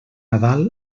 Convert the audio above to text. nadal